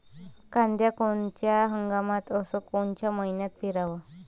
कांद्या कोनच्या हंगामात अस कोनच्या मईन्यात पेरावं?